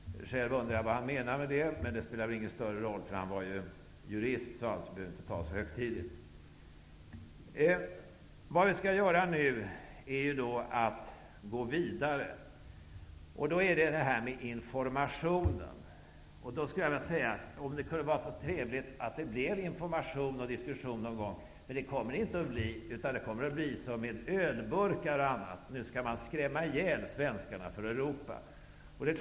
Själv undrar jag vad han menar med detta? Men det spelar nog ingen större roll för han är jurist, så man behöver nog inte ta det så högtidligt. Vad vi nu skall göra är att gå vidare med informationen. Det skulle vara trevligt om det blev information och diskussion någon gång. Men det kommer det inte att bli, utan det kommer att bli som med ölburkar och annat. Nu skall man skrämma ihjäl svenskarna för Europa.